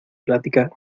plática